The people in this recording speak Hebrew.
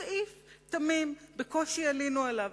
סעיף תמים, בקושי עלינו עליו.